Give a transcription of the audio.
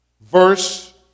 verse